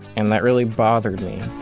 and that really bothered me